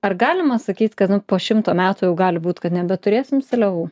ar galima sakyt kad nu po šimto metų jau gali būt kad nebeturėsim seliavų